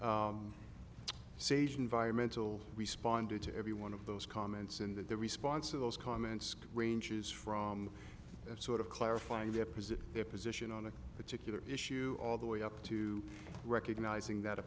sage environmental responded to every one of those comments and the response of those comments ranges from that sort of clarifying the opposite their position on a particular issue all the way up to recognizing that a